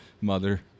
mother